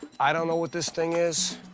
i don't know what this thing is,